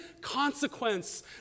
consequence